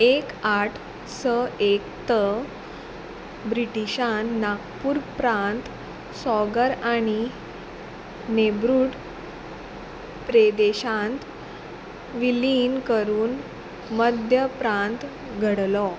एक आठ स एक त ब्रिटिशान नागपूर प्रांत सौगर आनी नेबरूड प्रेदेशांत विलीन करून मध्यप्रांत घडलो